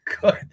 good